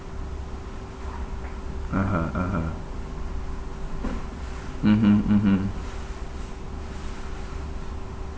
(uh huh) (uh huh) mmhmm mmhmm